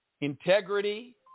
Integrity